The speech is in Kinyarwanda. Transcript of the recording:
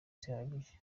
zihagije